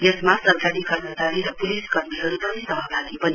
यसमा सरकारी कर्मचारी र पुलिस कर्मीहरू पनि सहभागी बने